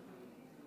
אין.